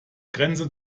grenze